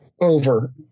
over